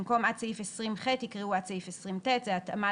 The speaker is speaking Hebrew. במקום "עד 20ח" יקראו "עד 20ט"; זה התאמה